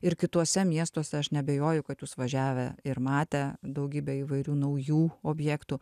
ir kituose miestuose aš neabejoju kad jūs važiavę ir matę daugybę įvairių naujų objektų